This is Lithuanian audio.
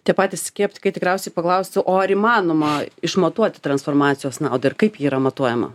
tie patys skeptikai tikriausiai paklaustų o ar įmanoma išmatuoti transformacijos naudą ir kaip ji yra matuojama